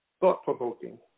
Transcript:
Thought-provoking